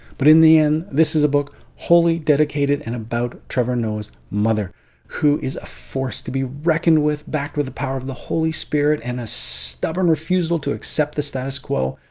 but in the end this is a book wholly dedicated and about trevor noah's mother who is a force to be reckoned with, backed with the power of the holy spirit and a stubborn refusal to accept the status quo.